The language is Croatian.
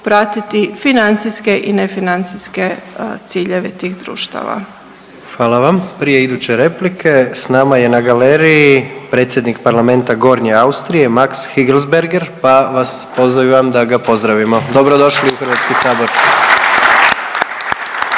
pratiti financijske i nefinancijske ciljeve tih društava. **Jandroković, Gordan (HDZ)** Hvala vam. Prije iduće replike, s nama je na galeriji predsjednik parlamenta Gornje Austrije Max Hiegelsberger pa vas pozivam da ga pozdravimo. Dobrodošli u Hrvatski sabor.